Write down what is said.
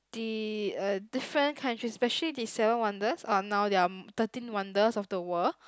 the uh different countries especially the seven wonders or now there are thirteen wonders of the world